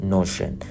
Notion